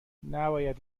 نباید